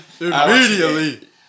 immediately